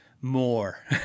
more